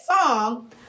song